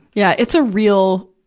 yeah, it's a real,